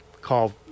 call